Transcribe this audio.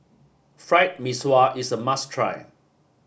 Fried Mee Sua is a must try